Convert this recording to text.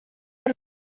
per